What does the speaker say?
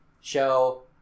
show